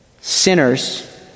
sinners